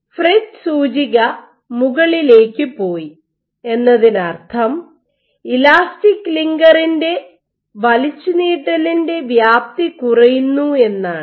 FRET സൂചിക മുകളിലേക്ക് പോയി എന്നതിനർത്ഥം ഇലാസ്റ്റിക് ലിങ്കറിന്റെ വലിച്ചുനീട്ടലിന്റെ വ്യാപ്തി കുറയുന്നു എന്നാണ്